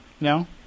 No